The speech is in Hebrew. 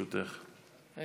שלוש דקות לרשותך.